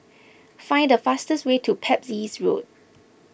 find the fastest way to Pepys Road